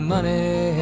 money